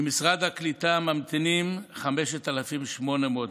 במשרד הקליטה ממתינות 5,800 משפחות,